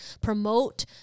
promote